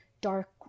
dark